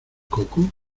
coco